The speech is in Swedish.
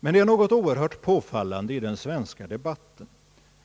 Det är emellertid någonting oerhört påfallande i den svenska debatten,